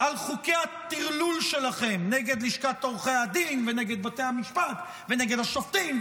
על חוקי הטרלול שלכם נגד לשכת עורכי הדין ונגד בתי המשפט ונגד השופטים,